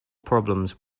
problems